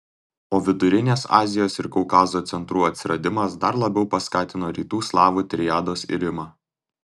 o vidurinės azijos ir kaukazo centrų atsiradimas dar labiau paskatino rytų slavų triados irimą